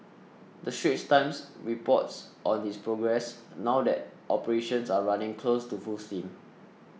the Straits Times reports on its progress now that operations are running close to full steam